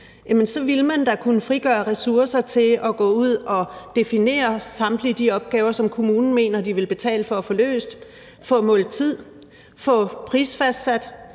så ville man da kunne frigøre ressourcer – til at gå ud at definere samtlige de opgaver, som kommunen mener den vil betale for at få løst, få målt tid, få prisfastsat,